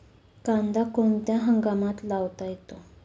कांदा कोणत्या हंगामात लावता येतो?